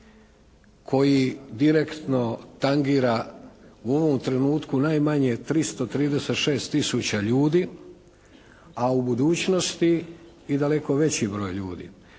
koji direktno tangira u ovom trenutku najmanje 336 tisuća ljudi, a u budućnosti i daleko veći broj ljudi.